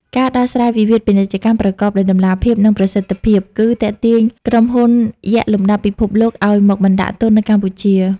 ការដោះស្រាយវិវាទពាណិជ្ជកម្មប្រកបដោយតម្លាភាព និងប្រសិទ្ធភាព នឹងទាក់ទាញក្រុមហ៊ុនយក្សលំដាប់ពិភពលោកឱ្យមកបណ្ដាក់ទុននៅកម្ពុជា។